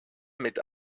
mit